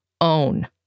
own